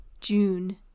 June